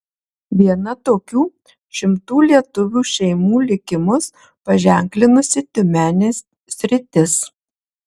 viena tokių šimtų lietuvių šeimų likimus paženklinusi tiumenės sritis